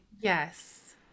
Yes